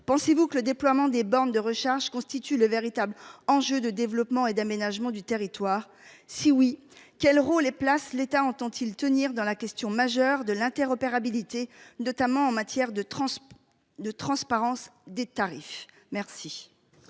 pensez-vous que le déploiement des bornes de recharge constitue le véritable enjeu de développement et d'aménagement du territoire. Si oui, quel rôle et place l'État entend-il tenir dans la question majeure de l'interopérabilité, notamment en matière de transport de